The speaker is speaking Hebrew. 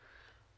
כן.